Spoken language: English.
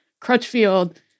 Crutchfield